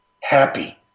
Happy